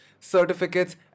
certificates